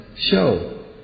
Show